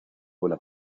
buena